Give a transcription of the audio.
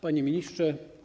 Panie Ministrze!